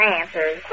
answers